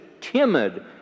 timid